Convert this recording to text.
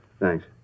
Thanks